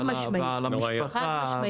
על המשפחה,